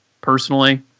personally